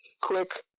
quick